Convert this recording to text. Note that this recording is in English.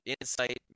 insight